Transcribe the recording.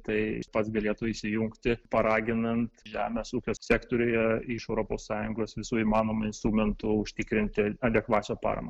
tai pats galėtų įsijungti paraginant žemės ūkio sektoriuje iš europos sąjungos visų įmanomų instrumentų užtikrinti adekvačią paramą